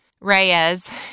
Reyes